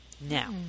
Now